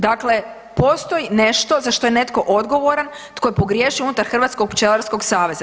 Dakle, postoji nešto za što je netko odgovoran tko je pogriješio unutar Hrvatskog pčelarskog saveza.